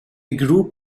group